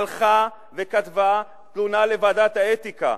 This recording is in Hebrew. הלכה וכתבה תלונה לוועדת האתיקה,